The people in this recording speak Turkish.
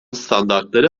standartları